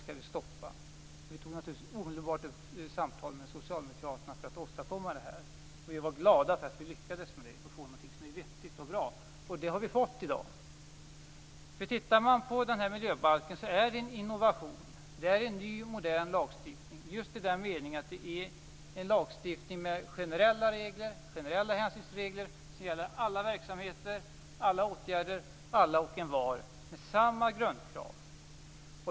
Vi tog naturligtvis omedelbart upp samtal med socialdemokraterna för att åstadkomma det. Vi var glada att vi lyckades med det och kunde få någonting som var vettigt och bra. Och det har vi fått i dag. Den här miljöbalken är en innovation. Det är en ny, modern lagstiftning just i den meningen att den har generella hänsynsregler som gäller alla verksamheter, alla åtgärder, alla och envar, med samma grundkrav.